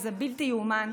שזה בלתי ייאמן.